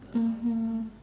mmhmm